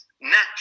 natural